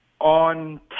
on